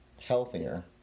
healthier